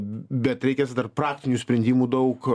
bet reikia tada dar praktinių sprendimų daug